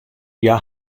hja